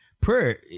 prayer